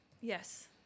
Yes